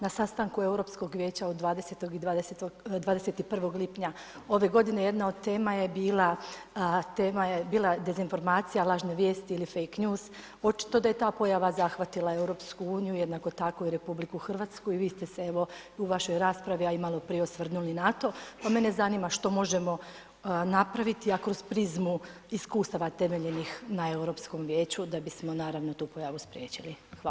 Na sastanku Europskog vijeća od 20. i 21. lipnja ove godine jedna od tema je bila, tema je bila dezinformacija, lažne vijesti ili fake news, očito da je ta pojava zahvatila EU, jednako tako i RH i vi ste se evo u vašoj raspravi, a i maloprije osvrnuli na to, pa mene zanima što možemo napraviti, a kroz prizmu iskustava temeljenih na Europskom vijeću da bismo naravno tu pojavu spriječili?